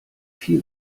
viel